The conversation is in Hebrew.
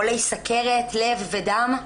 מחולי סכרת, לב ודם?